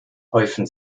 häufen